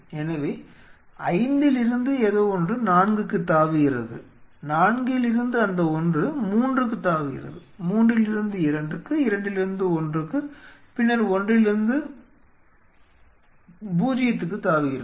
எனவே 5ல் இருந்து ஏதோ ஒன்று 4 க்கு தாவுகிறது 4ல் இருந்து அந்த ஒன்று 3 க்குத் தாவுகிறது 3ல் இருந்து 2 க்கு 2 ல் இருந்து 1 க்கு பின்னர் 1ல் இருந்து 0 க்கு தாவுகிறது